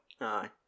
Aye